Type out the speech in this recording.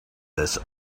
this